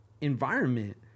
environment